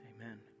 Amen